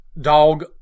Dog